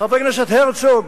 חבר הכנסת הרצוג,